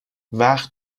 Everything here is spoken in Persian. وقت